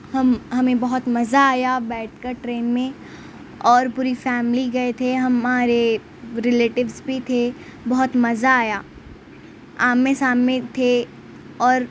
ہم ہمیں بہت مزہ آیا بیٹھ کر ٹرین میں اور پوری فیملی گئے تھے ہمارے رلیٹوس بھی تھے بہت مزہ آیا آمنے سامنے تھے اور